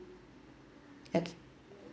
okay